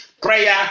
prayer